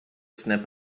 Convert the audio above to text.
snip